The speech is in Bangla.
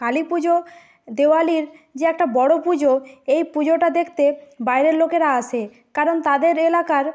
কালী পুজো দেওয়ালির যে একটা বড়ো পুজো এই পুজোটা দেকতে বাইরের লোকেরা আসে কারণ তাদের এলাকার